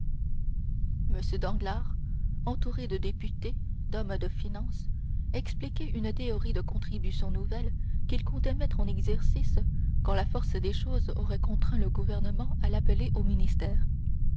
m danglars entouré de députés d'hommes de finance expliquait une théorie de contributions nouvelles qu'il comptait mettre en exercice quand la force des choses aurait contraint le gouvernement à l'appeler au ministère